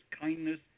kindness